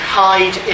hide